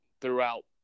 throughout